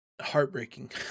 Heartbreaking